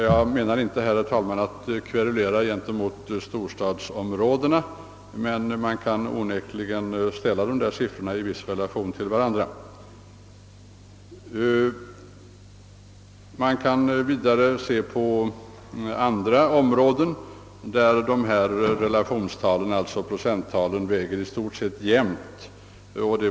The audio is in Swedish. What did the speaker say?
Jag har inte för avsikt att kverulera här gentemot storstadsområdena, men det är intressant att ställa siffrorna i relation till varandra. I en del områden väger relationsoch procenttalen i stort sett jämnt.